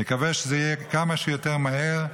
נקווה שזה יהיה כמה שיותר מהר,